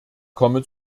komme